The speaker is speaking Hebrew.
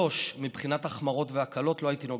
3. מבחינת החמרות והקלות לא הייתי נוגע,